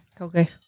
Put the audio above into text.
Okay